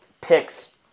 picks